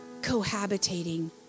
cohabitating